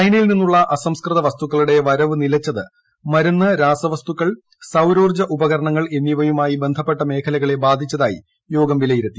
ചൈനയിൽ നിന്നുള്ള അസംസ്കൃത വസ്തുക്കളുടെ വരവു നിലച്ചത് മരുന്ന് രാസവസ്തുക്കൾ സൌരോർജ്ജ ഉപകരണങ്ങൾ എന്നിവയുമായി ബന്ധപ്പെട്ട മേഖലകളെ ബാധിച്ചതായി യോഗം വിലയിരുത്തി